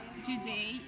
today